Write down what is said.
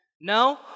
No